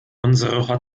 unsere